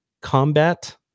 combat